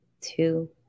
two